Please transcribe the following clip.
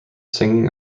singing